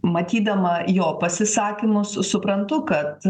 matydama jo pasisakymus suprantu kad